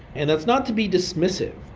and that's not to be dismissive.